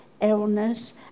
illness